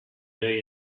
day